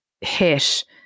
hit